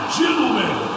gentlemen